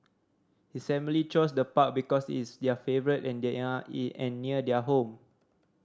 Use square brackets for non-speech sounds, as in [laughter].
his family chose the park because it's their favourite and [unintelligible] and near their home